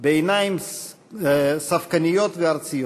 בעיניים ספקניות וארציות